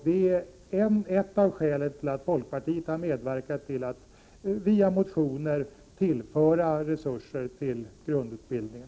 Detta är ett av skälen till att folkpartiet via motioner har velat tillföra resurser till grundutbildningen.